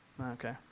Okay